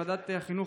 ועדת החינוך,